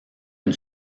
une